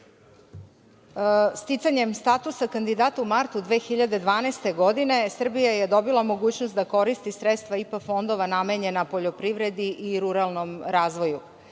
sticanjem statusa kandidata u martu 2012. godine Srbija je dobila mogućnost sredstva IPA fondova namenjena poljoprivredi i ruralnom razvoju.